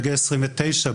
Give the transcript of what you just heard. בגיל 29,